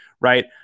right